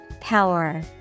Power